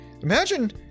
imagine